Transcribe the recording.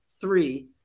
three